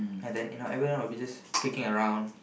and then you know everyone will be just kicking around